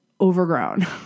overgrown